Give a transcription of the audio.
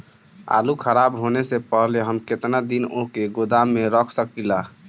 आलूखराब होने से पहले हम केतना दिन वोके गोदाम में रख सकिला?